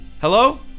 Hello